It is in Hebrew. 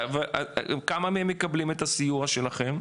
כמה מהם מקבלים את הסיוע שלכם?